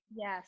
yes